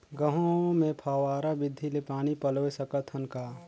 गहूं मे फव्वारा विधि ले पानी पलोय सकत हन का?